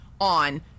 on